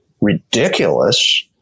ridiculous